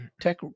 Tech